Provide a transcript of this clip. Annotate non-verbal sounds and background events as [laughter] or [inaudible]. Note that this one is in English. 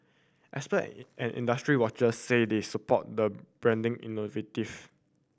expert [unintelligible] and industry watchers said they support the branding initiative